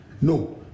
no